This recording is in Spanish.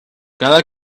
cada